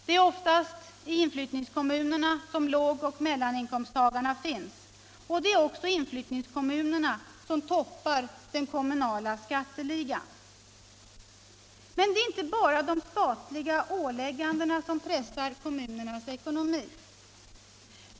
Det är oftast i inflyttningskommunerna som lågoch mellaninkomsttagarna finns, och det är också inflyttningskommunerna som toppar den kommunala skatteligan. Men det är inte bara de statliga åläggandena som pressar kommunernas ekonomi.